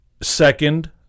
Second